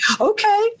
okay